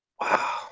Wow